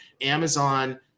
Amazon